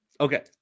Okay